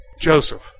Joseph